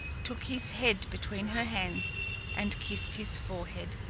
took his head between her hands and kissed his forehead.